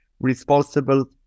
responsible